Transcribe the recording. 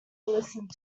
listened